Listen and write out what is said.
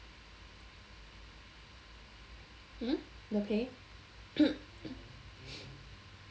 hmm the pay